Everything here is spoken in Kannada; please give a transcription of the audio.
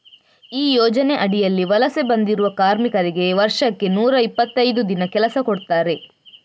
ಈ ಯೋಜನೆ ಅಡಿಯಲ್ಲಿ ವಲಸೆ ಬಂದಿರುವ ಕಾರ್ಮಿಕರಿಗೆ ವರ್ಷಕ್ಕೆ ನೂರಾ ಇಪ್ಪತ್ತೈದು ದಿನ ಕೆಲಸ ಕೊಡ್ತಾರೆ